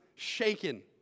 shaken